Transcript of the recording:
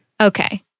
Okay